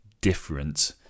different